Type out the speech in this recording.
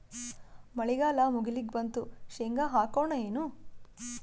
ಮಳಿಗಾಲ ಮುಗಿಲಿಕ್ ಬಂತು, ಶೇಂಗಾ ಹಾಕೋಣ ಏನು?